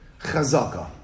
Chazaka